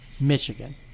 Michigan